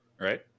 right